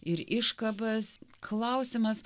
ir iškabas klausimas